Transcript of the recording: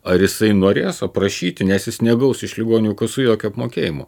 ar jisai norės aprašyti nes jis negaus iš ligonių kasų jokio apmokėjimo